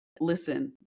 listen